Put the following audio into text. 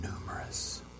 numerous